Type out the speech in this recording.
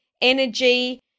energy